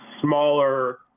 smaller